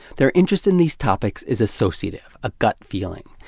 their interest in these topics is associative, a gut feeling.